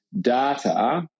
data